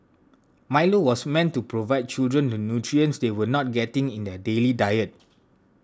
Milo was meant to provide children the nutrients they were not getting in their daily diet